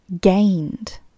gained